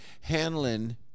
Hanlon